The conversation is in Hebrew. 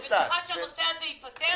אני בטוחה שהנושא הזה ייפתר